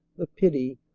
the pity,